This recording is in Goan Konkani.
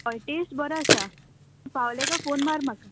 हय टेस्ट बोरो आसा पावलें का फोन मार म्हाका